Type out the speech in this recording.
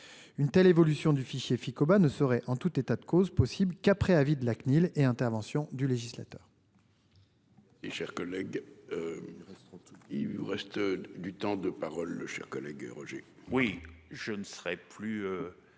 Une telle évolution du fichier Ficoba ne serait, en tout état de cause possible qu'après avis de la CNIL et intervention du législateur.